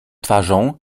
twarzą